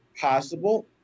possible